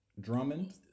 Drummond